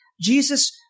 Jesus